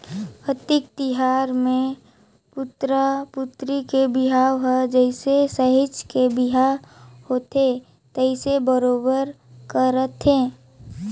अक्ती तिहार मे पुतरा पुतरी के बिहाव हर जइसे सहिंच के बिहा होवथे तइसने बरोबर करथे